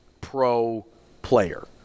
pro-player